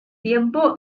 tiempo